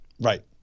right